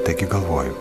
taigi galvoju